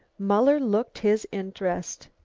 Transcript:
muller looked his interest.